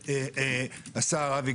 שעליו לא הגענו להסכמה,